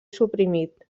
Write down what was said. suprimit